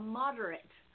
moderate